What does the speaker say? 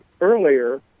earlier